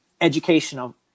educational